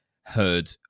heard